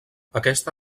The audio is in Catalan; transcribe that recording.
aquesta